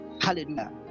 Hallelujah